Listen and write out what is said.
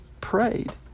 prayed